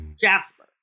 Jasper